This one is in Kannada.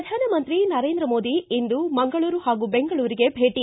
ಪ್ರಧಾನಮಂತ್ರಿ ನರೇಂದ್ರ ಮೋದಿ ಅವರು ಇಂದು ಮಂಗಳೂರು ಹಾಗೂ ಬೆಂಗಳೂರಿಗೆ ಭೇಟಿ